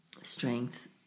strength